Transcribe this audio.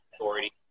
authority